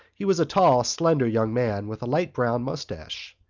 he was a tall, slender young man with a light brown moustache.